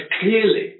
clearly